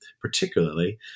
particularly